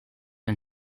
and